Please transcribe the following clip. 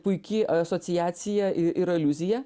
puiki asociacija ir aliuzija